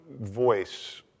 voice